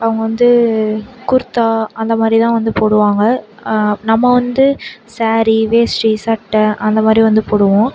அவங்க வந்து குர்தா அந்த மாதிரிதான் வந்து போடுவாங்க நம்ம வந்து சேரி வேஷ்டி சட்டை அந்தமாதிரி வந்து போடுவோம்